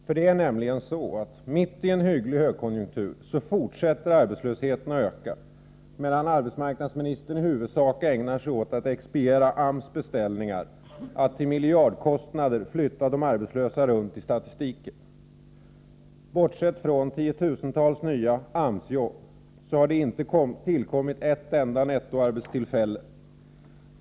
För det är nämligen så att mitt i en hygglig högkonjunktur fortsätter arbetslösheten att öka, medan arbetsmarknadsministern i huvudsak ägnar sig åt att expediera AMS beställningar, att till miljardkostnader flytta de arbetslösa runt i statistiken. Bortsett från tiotusentals nya AMS-jobb har det inte tillkommit ett enda nettoarbetstillfälle.